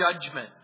Judgment